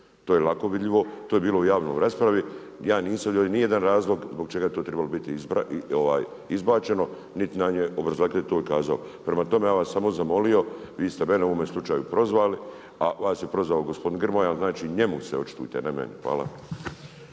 To je lako vidljivo. To je bilo u javnoj raspravi. Ja nisam vidio ni jedan razlog zbog čega je to trebalo biti izbačeno niti na …/Govornik se ne razumije./… kazao. Prema tome, ja bih vas samo zamolio, vi ste mene u ovome slučaju prozvali, a vas je prozvao gospodin Grmoja. Znači njemu se očitujte, a ne meni. Hvala.